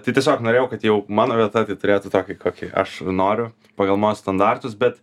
tai tiesiog norėjau kad jau mano vieta turėtų tokį kokį aš noriu pagal mano standartus bet